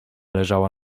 leżała